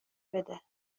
بده